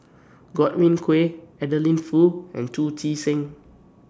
Godwin Koay Adeline Foo and Chu Chee Seng